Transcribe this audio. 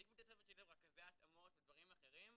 יש בתי ספר שיש להם רכזי התאמות ודברים אחרים,